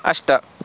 अष्ट